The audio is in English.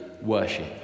worship